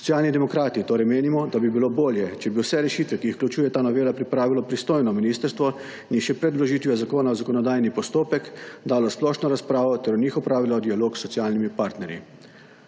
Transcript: Socialni demokrati torej menimo, da bi bilo bolje, če bi vse rešitve, ki jih vključuje ta novela, pripravilo pristojno ministrstvo in jih še pred vložitvijo zakona v zakonodajni postopek dalo v splošno razpravo ter o njih opravilo dialog s socialnimi partnerji.